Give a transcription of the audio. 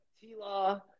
T-Law